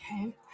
Okay